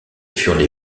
furent